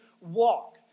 walk